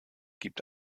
gibt